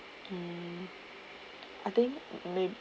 mm I think mayb~ uh